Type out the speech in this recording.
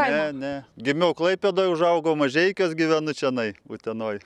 ne ne gimiau klaipėdoj užaugau mažeikiuos gyvenu čionai utenoj